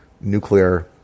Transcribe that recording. nuclear